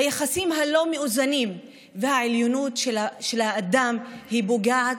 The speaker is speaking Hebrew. היחסים הלא-מאוזנים והעליונות של האדם פוגעים